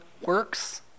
works